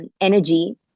energy